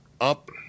up